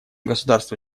государства